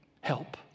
help